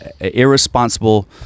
irresponsible